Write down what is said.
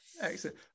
Excellent